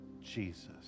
Jesus